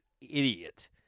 idiot